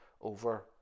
over